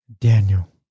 Daniel